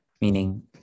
Meaning